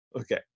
okay